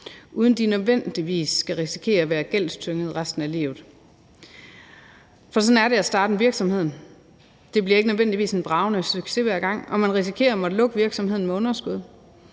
uden at de nødvendigvis skal risikere at være gældstyngede resten af livet. Når man starter en virksomhed, bliver det ikke nødvendigvis en bragende succes hver gang, og man risikerer at måtte lukke virksomheden med underskud.